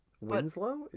Winslow